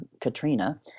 Katrina